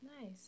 Nice